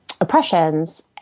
oppressions